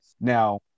now